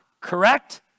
Correct